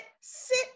sit